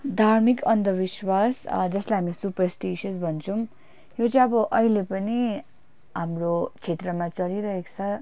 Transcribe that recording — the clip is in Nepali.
धार्मिक अन्धविस्वास जसलाई हामी सुपरस्टिसस् भन्छौँ यो चाहिँ अब अहिले पनि हाम्रो क्षेत्रमा चलिरहेको छ